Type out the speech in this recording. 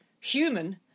human